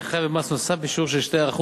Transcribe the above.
יהיה חייב במס נוסף בשיעור של 2%,